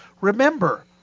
Remember